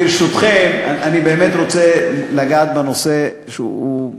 ברשותכם, אני באמת רוצה לגעת בנושא שהוא,